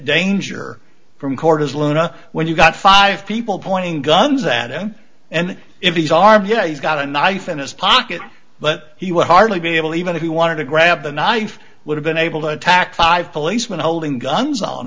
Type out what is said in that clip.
danger from court as luna when you've got five people pointing guns at him and if he's armed yeah he's got a knife in his pocket but he would hardly be able even if he wanted to grab the knife would have been able to attack five policemen holding guns on